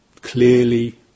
clearly